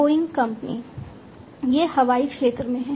Boeing company यह हवाई क्षेत्र में है